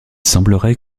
semblerait